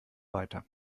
weiter